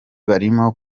barimo